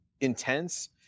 intense